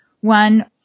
one